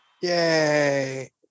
Yay